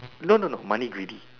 no no no money already